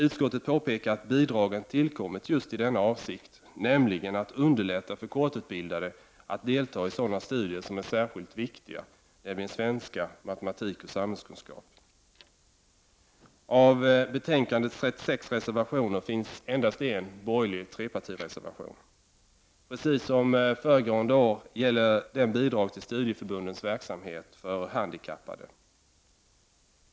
Utskottet påpekar att bidragen tillkommit just i denna avsikt, att underlätta för kortutbildade att delta i sådana studier som är särskilt viktiga, nämligen svenska, matematik och samhällskunskap. Av betänkandets 36 reservationer finns endast en borgerlig trepartireservation. Precis som föregående år gäller den bidrag till studieförbundens verksamhet för handikappade.